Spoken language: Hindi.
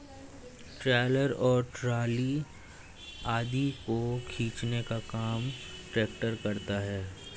ट्रैलर और ट्राली आदि को खींचने का काम ट्रेक्टर करता है